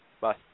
Bye